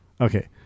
Okay